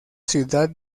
ciudad